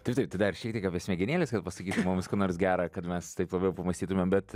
taip taip tai dar šiek tiek apie smegenėlės kad pasakytum mums ką nors gera kad mes taip labiau pamąstytumėm bet